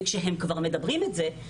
וכשהם כבר מדברים את זה,